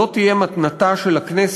זאת תהיה מתנתה של הכנסת